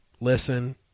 listen